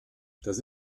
das